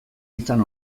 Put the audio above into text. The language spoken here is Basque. izan